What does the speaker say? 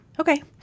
okay